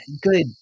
good